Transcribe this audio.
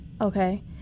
Okay